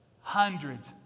Hundreds